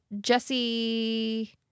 Jesse